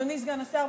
אדוני סגן השר,